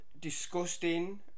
Disgusting